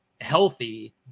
healthy